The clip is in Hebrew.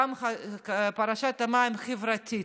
קו פרשת המים חברתית,